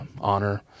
honor